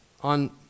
on